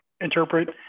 interpret